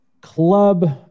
club